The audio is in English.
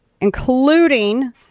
including